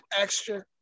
extra